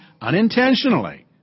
unintentionally